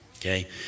Okay